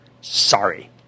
Sorry